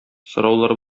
сораулар